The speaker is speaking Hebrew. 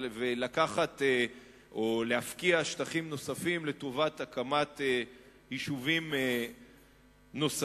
ולקחת או להפקיע שטחים נוספים לטובת הקמת יישובים נוספים.